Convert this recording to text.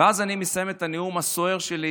ואז, אני מסיים את הנאום הסוער שלי,